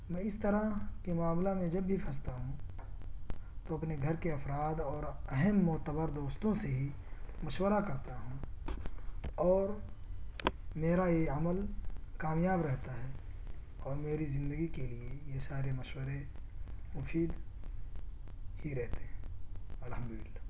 میں اس طرح کے معاملہ میں جب بھی پھنستا ہوں تو اپنے گھر کے افراد اور اہم معتبر دوستوں سے ہی مشورہ کرتا ہوں اور میرا یہ عمل کامیاب رہتا ہے اور میری زندگی کے لیے یہ سارے مشورے مفید ہی رہتے ہیں الحمد للہ